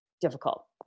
difficult